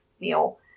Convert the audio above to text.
meal